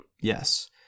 Yes